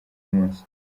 munsi